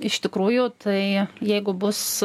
iš tikrųjų tai jeigu bus